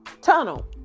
tunnel